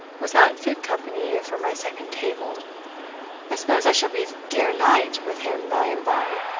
was not fit company for my second table i suppose i shall be dear knight' with him by and by.